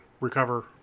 recover